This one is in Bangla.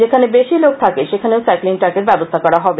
যেখানে বেশি লোক থাকে সেখানেও সাইক্লিং ট্রেকের ব্যবস্থা করা হবে